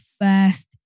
first